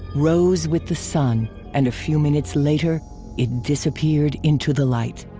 rose with the sun and a few minutes later it disappeared into the light.